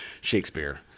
Shakespeare